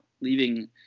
leaving